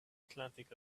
atlantic